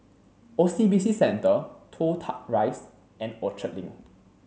O C B C Centre Toh Tuck Rise and Orchard Link